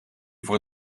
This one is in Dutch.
voor